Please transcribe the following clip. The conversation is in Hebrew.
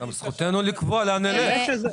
גם זכותנו לקבוע לאן נלך.